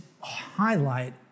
highlight